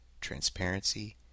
Transparency